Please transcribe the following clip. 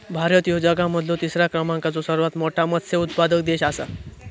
भारत ह्यो जगा मधलो तिसरा क्रमांकाचो सर्वात मोठा मत्स्य उत्पादक देश आसा